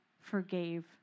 forgave